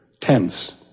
tense